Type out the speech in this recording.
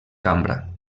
cambra